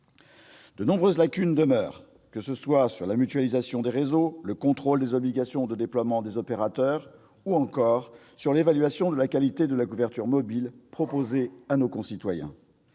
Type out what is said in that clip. De nombreuses lacunes demeurent, que ce soit sur la mutualisation des réseaux, le contrôle des obligations de déploiement des opérateurs ou encore sur l'évaluation de la qualité de la couverture mobile proposée à nos concitoyens.